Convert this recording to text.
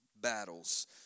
battles